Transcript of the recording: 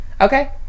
Okay